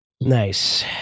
Nice